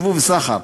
ייבוא וסחר.